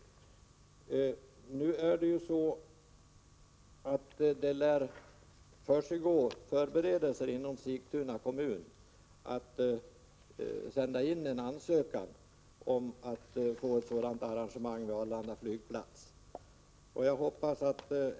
Det lär inom Sigtuna kommun försiggå förberedelser för att till regeringen sända in en ansökan om att vid Arlanda flygplats få ett sådant arrangemang som en frizon innebär.